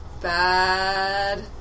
bad